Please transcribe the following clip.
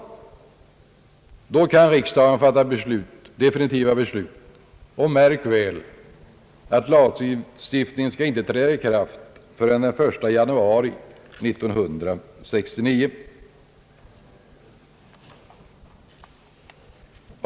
Då kan riksdagen fatta definitivt beslut — och märk väl, att lagstiftningen inte skall träda i kraft förrän den 1 januari 1969.